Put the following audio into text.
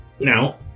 Now